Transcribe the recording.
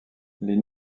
les